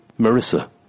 Marissa